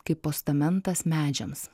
kaip postamentas medžiams